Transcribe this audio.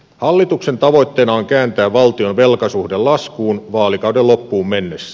hallituksen tavoitteena on kääntää valtion velkasuhde laskuun vaalikauden loppuun mennessä